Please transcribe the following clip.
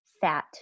fat